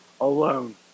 alone